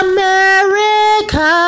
America